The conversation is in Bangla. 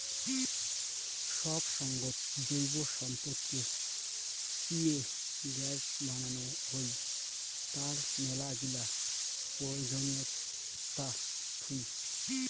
সব সঙ্গত জৈব সম্পদকে চিয়ে গ্যাস বানানো হই, তার মেলাগিলা প্রয়োজনীয়তা থুই